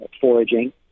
foraging